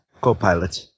co-pilot